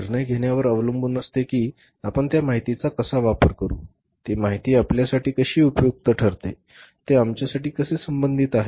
निर्णय घेण्यावर अवलंबून असते की आपण त्या माहितीचा कसा वापर करू ती माहिती आपल्यासाठी कशी उपयुक्त ठरते ते आमच्यासाठी कसे संबंधित आहे